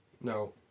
No